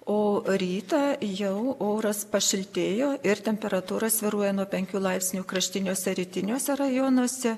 o rytą jau oras pašiltėjo ir temperatūra svyruoja nuo penkių laipsnių kraštiniuose rytiniuose rajonuose